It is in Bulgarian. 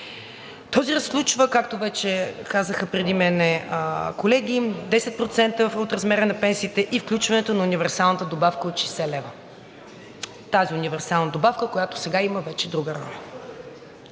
Този ръст включва, както вече казаха преди мен колеги, 10% от размера на пенсиите и включването на универсалната добавка от 60 лв. – тази универсална добавка, която сега има вече друга роля.